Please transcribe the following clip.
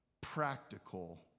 practical